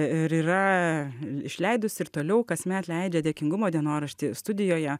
ir yra išleidusi ir toliau kasmet leidžia dėkingumo dienoraštį studijoje